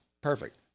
Perfect